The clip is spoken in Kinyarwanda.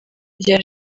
rya